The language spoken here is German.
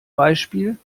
beispiel